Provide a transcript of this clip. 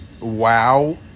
wow